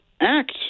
act